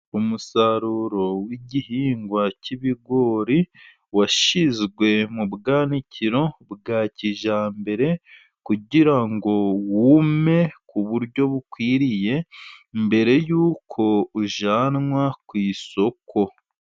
Umusaruro w'igihingwa cy'ibigori, washyizwe mu bwanikiro bwa kijyambere kugira ngo wume, ku buryo bukwiriye mbere yuko ujyanwa ku isoko.